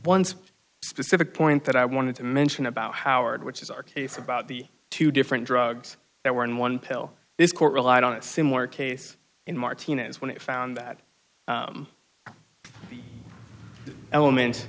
once specific point that i wanted to mention about howard which is our case about the two different drugs that were in one pill this court relied on a similar case in martinez when it found that element